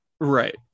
Right